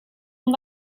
van